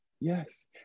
Yes